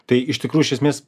tai iš tikrų iš esmės